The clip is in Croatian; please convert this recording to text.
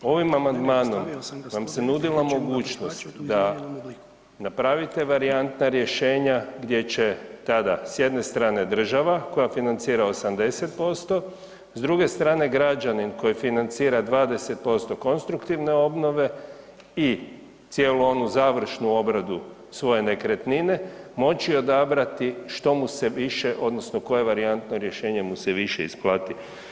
Ovim amandmanom vam se nudila mogućnost da napravite varijantna rješenja gdje će tada s jedne strane država koja financira 80%, s druge strane građanin koji financira 20% konstruktivne obnove i cijelu onu završnu obradu svoje nekretnine, moći odabrati što mu se više odnosno koje varijantno rješenje mu se više isplati.